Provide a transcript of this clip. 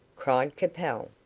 cried capel. ah,